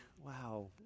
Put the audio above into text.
wow